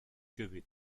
gewinn